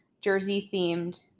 Jersey-themed